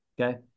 Okay